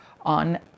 on